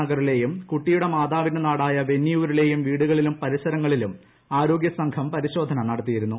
നഗറിലെയും കുട്ടിയുടെ മാതാവിന്റെ നാടായ വെന്നിയൂരിലെയും വീടുകളിലും പരിസരങ്ങളിലും ആരോഗൃസംഘം പരിശോധന നടത്തിയിരുന്നു